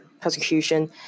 prosecution